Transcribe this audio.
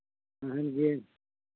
ᱛᱮᱦᱮᱧ ᱜᱮ